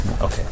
Okay